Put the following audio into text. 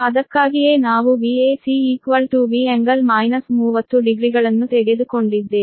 ಅದಕ್ಕಾಗಿಯೇ ನಾವು Vac V∟ 30 ಡಿಗ್ರಿಗಳನ್ನು ತೆಗೆದುಕೊಂಡಿದ್ದೇವೆ